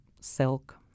silk